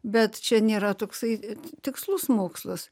bet čia nėra toksai tikslus mokslas